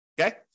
Okay